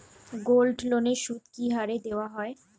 গোল্ডলোনের সুদ কি হারে দেওয়া হয়?